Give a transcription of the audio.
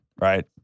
right